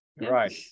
right